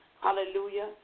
hallelujah